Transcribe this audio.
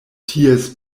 ties